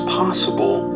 possible